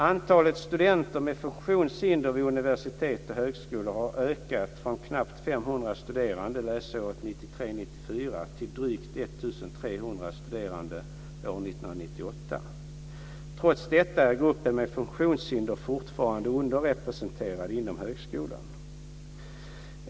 Antalet studenter med funktionshinder vid universitet och högskolor har ökat från knappt 500 studerande läsåret 1993/94 till drygt 1 300 studerande år 1998. Trots detta är gruppen med funktionshinder fortfarande underrepresenterad inom högskolan.